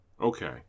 Okay